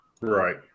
Right